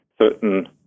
certain